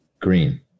Green